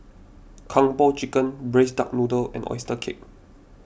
Kung Po Chicken Braised Duck Noodle and Oyster Cake